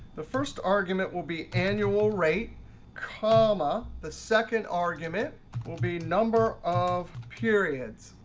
the first argument will be annual rate comma. the second argument will be number of periods.